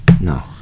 No